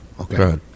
Okay